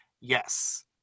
Yes